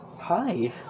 Hi